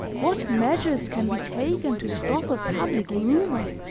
what measures can be taken to stop a public rumor?